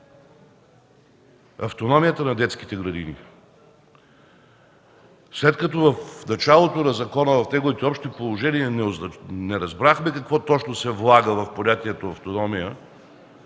автономията на детските градини. След като в началото на закона – в неговите Общи положения, не разбрахме какво точно се влага в понятието „автономия”